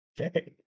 Okay